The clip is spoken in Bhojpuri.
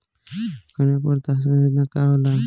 कन्या प्रोत्साहन योजना का होला?